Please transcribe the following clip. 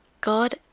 God